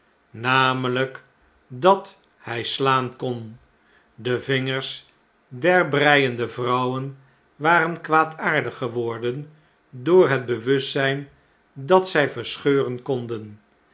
voorhanden nameljjkdat hg slaan kon de vingers der breiende vrouwen waren kwaadaardig geworden door het bewustzjjn dat zn verscheuren konden